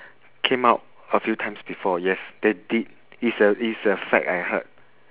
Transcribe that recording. came out a few times before yes there did it's a it's a fact I heard